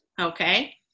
Okay